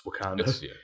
Wakanda